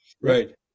Right